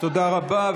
תודה רבה.